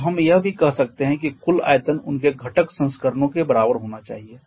तो हम यह भी कह सकते हैं कि कुल आयतन उनके घटक संस्करणों के बराबर होना चाहिए